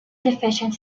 deficient